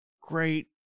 Great